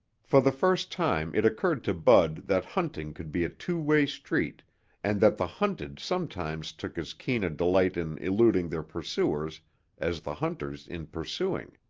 for the first time it occurred to bud that hunting could be a two-way street and that the hunted sometimes took as keen a delight in eluding their pursuers as the hunters in pursuing.